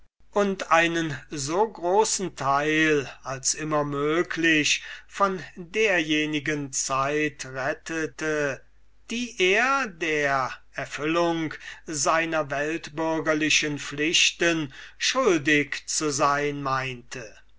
und einen so großen teil als immer möglich von derjenigen zeit rettete die er der erfüllung seiner weltbürgerlichen pflichten schuldig zu sein vermeinte